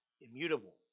immutable